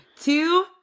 two